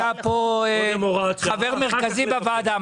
אתה חבר מרכזי בוועדה הזאת.